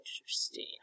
Interesting